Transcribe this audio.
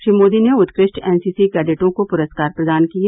Shri Modi NCC उत्कृष्ट एनसीसी कैडेटों को पुरस्कार प्रदान किए